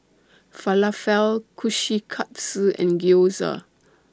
Falafel Kushikatsu and Gyoza